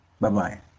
Bye-bye